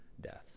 death